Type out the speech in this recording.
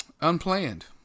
unplanned